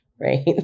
right